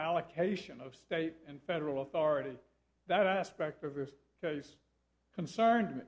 allocation of state and federal authority that aspect of this case concerned